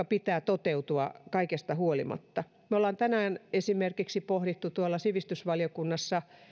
pitää toteutua kaikesta huolimatta me olemme tänään esimerkiksi pohtineet tuolla sivistysvaliokunnassa